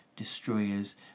destroyers